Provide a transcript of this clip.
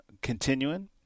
continuing